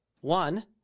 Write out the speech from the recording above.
One